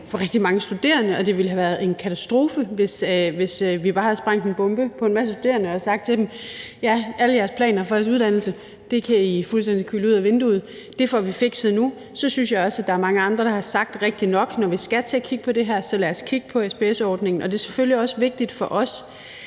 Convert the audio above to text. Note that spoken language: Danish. for rigtig mange studerende, og det ville have været en katastrofe, hvis vi bare havde sprængt en bombe under en masse studerende og havde sagt til dem: Alle jeres planer for jeres uddannelse kan I kyle ud ad vinduet. Det får vi fikset nu. Så er der mange andre, der rigtigt nok, syners jeg, har sagt, at når vi skal til at kigge på det her, så lad os kigge på SPS-ordningen. Det er selvfølgelig også vigtigt for os,